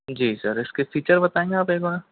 जी sir इसके feature बताएगें आप एक बार